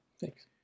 Thanks